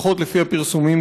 לפחות לפי הפרסומים,